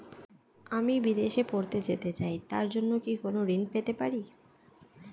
আমি বিদেশে পড়তে যেতে চাই তার জন্য কি কোন ঋণ পেতে পারি?